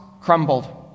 crumbled